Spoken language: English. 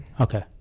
Okay